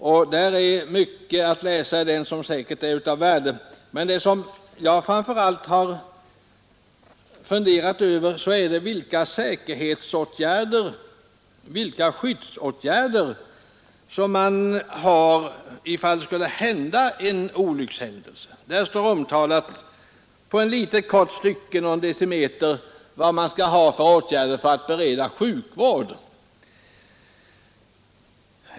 Där finns säkert mycket av värde att läsa i den, men det som jag framför allt har funderat över är vilka skyddsåtgärder som finns ifall det skulle inträffa en olyckshändelse. I ett litet stycke på någon decimeter står omtalat vilka åtgärder man skall vidta för sjukvård.